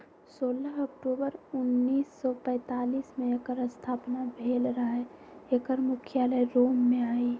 सोलह अक्टूबर उनइस सौ पैतालीस में एकर स्थापना भेल रहै एकर मुख्यालय रोम में हइ